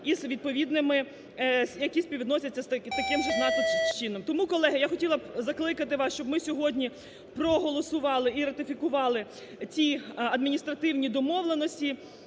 із відповідними, які співвідносяться таким же чином. Тому, колеги, я хотіла б закликати вас, щоб ми сьогодні проголосували і ратифікували ті адміністративні домовленості,